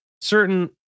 certain